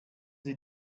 sie